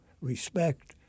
respect